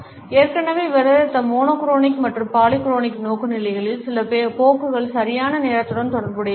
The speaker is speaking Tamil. நாம் ஏற்கனவே விவாதித்த மோனோ குரோனிக் மற்றும் பாலிக்ரோனிக் நோக்குநிலைகளின் சில போக்குகள் சரியான நேரத்துடன் தொடர்புடையவை